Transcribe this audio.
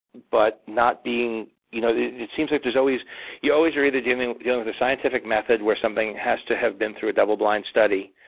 but not being you know it seems like there's always you're always either dealing dealing with a scientific method where something has to have been through a double blind study,